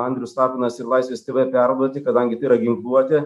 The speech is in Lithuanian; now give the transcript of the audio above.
andrius tapinas ir laisvės tėvė perduoti kadangi tai yra ginkluotė